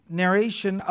narration